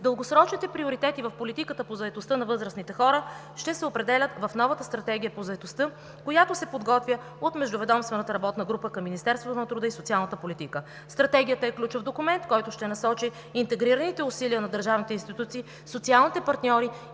Дългосрочните приоритети в политиката по заетостта на възрастните хора ще се определят в новата стратегия по заетостта, която се подготвя от междуведомствената работна група към Министерството на труда и социалната политика. Стратегията е ключов документ, който ще насочи интегрираните усилия на държавните институции, социалните партньори